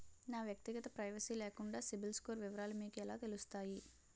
నా వ్యక్తిగత ప్రైవసీ లేకుండా సిబిల్ స్కోర్ వివరాలు మీకు ఎలా తెలుస్తాయి?